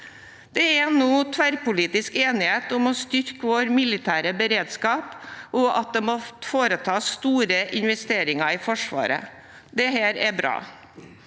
Det er nå tverrpolitisk enighet om å styrke vår militære beredskap og at det må foretas store investeringer i Forsvaret. Det er bra.